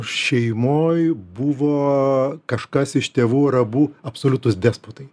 šeimoj buvo kažkas iš tėvų ar abu absoliutūs despotai